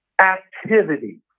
activity